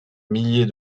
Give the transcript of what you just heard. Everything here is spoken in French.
milliers